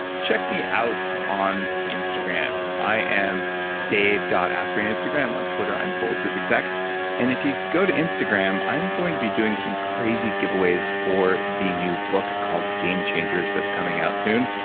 check me out on instagram. i am dave asprey on instagram. on twitter i'm bulletproofexec and if you go to instagram, i'm going to be doing some crazy giveaways for the new book called game changers that's coming out soon,